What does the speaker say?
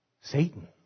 Satan